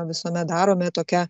visuomet darome tokia